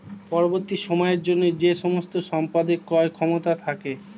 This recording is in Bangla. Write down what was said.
পরবর্তী সময়ের জন্য যে সমস্ত সম্পদের ক্রয় ক্ষমতা থাকে